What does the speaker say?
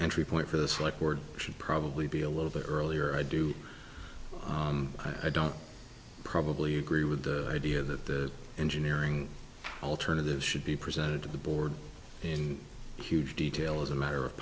entry point for this record should probably be a little bit earlier i do i don't probably agree with the idea that the engineering alternatives should be presented to the board in huge detail as a matter of